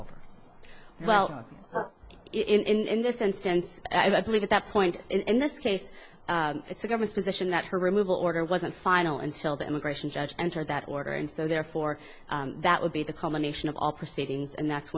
over well in this instance i believe at that point in this case it's the government's position that her removal order wasn't final until the immigration judge entered that order and so therefore that would be the culmination of all proceedings and that's